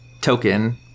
token